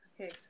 Okay